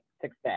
success